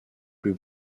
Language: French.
plus